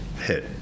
hit